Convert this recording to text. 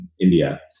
India